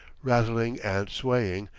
rattling and swaying,